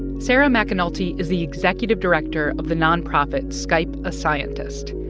sarah mcanulty is the executive director of the nonprofit skype a scientist.